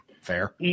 Fair